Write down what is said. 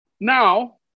now